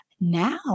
Now